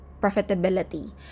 profitability